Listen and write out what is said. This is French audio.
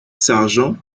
sargent